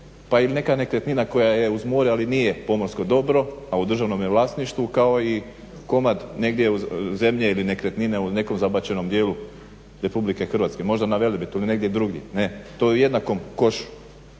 pa ili neka nekretnina koja je uz more ali nije pomorsko dobro a u državnom je vlasništvu kao i komad negdje zemlje ili nekretnine u nekom zabačenom dijelu Republike Hrvatske, možda na Velebitu ili negdje drugdje. To je u jednakom košu.